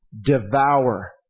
devour